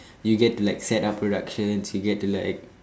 you get to like set up productions you get to like